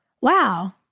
wow